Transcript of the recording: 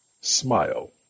Smile